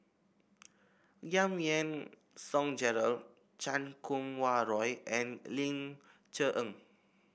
Giam Yean Song Gerald Chan Kum Wah Roy and Ling Cher Eng